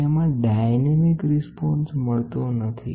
અને હું કહુ છુ કે સંભવતઃ રિસપોન્સ મળતો જ નથી